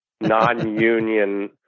non-union